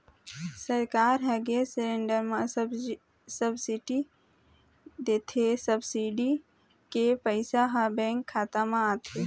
सरकार ह gas cylinder म सब्सिडी देथे, सब्सिडी के पइसा ह बेंक खाता म आथे